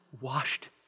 washed